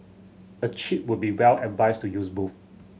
a cheat would be well advised to use both